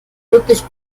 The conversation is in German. wirklich